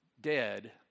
dead